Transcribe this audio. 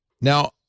now